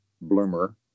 bloomer